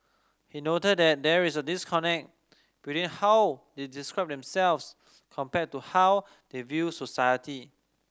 he noted that there is a disconnect between how they describe themselves compared to how they view society